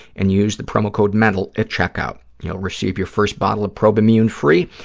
and use the promo code mental at check-out. you'll receive your first bottle of probimune free,